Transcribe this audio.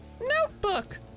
notebook